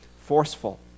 forceful